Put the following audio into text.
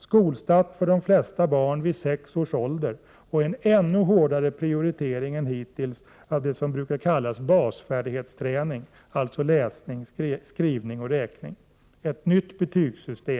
Skolstart för de flesta barn vid sex års ålder och en ännu hårdare prioritering än hittills av det som brukar kallas basfärdighetsträning, alltså läsning, skrivning och räkning. 8.